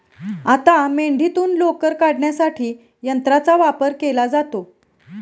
आता मेंढीतून लोकर काढण्यासाठी यंत्राचा वापर केला जातो